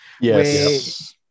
Yes